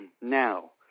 Now